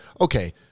okay